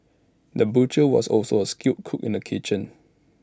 the butcher was also A skilled cook in the kitchen